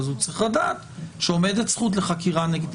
הוא צריך לדעת שעומדת זכות לחקירה נגדית,